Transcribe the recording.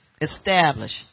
Established